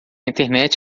internet